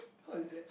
how is that